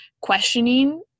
questioning